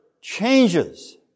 changes